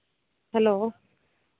hello